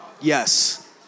Yes